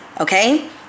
okay